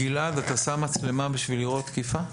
גלעד, אתה שם מצלמה כדי לראות תקיפה?